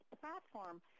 platform